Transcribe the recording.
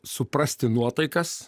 suprasti nuotaikas